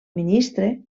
ministre